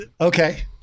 okay